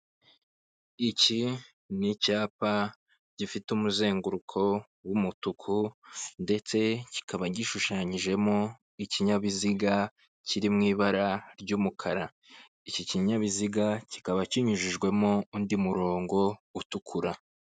Iki ni icyapa gifite umuzenguruko w'umutuku, ndetse kikaba gishushanyijemo ikinyabiziga kiri mu ibara ry'umukara. Iki kinyabiziga kikaba kinyujijwemo undi murongo utukura.